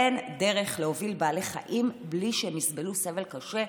אין דרך להוביל בעלי חיים בלי שהם יסבלו סבל קשה.